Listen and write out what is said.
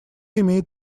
имеет